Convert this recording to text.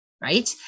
right